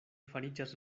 fariĝas